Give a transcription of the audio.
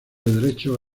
derecho